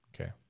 Okay